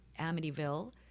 Amityville